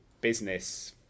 business